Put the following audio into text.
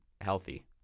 healthy